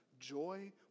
Joy